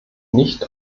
nicht